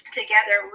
together